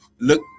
look